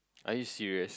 are you serious